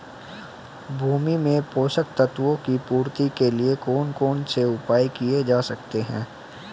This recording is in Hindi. भूमि में पोषक तत्वों की पूर्ति के लिए कौन कौन से उपाय किए जा सकते हैं?